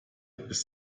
bis